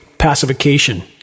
pacification